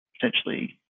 potentially